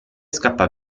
scappa